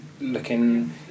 looking